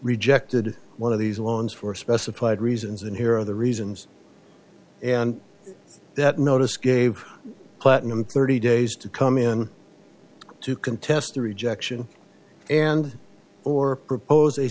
rejected one of these loans for a specified reasons and here are the reasons that notice gave platinum thirty days to come in to contest the rejection and or propose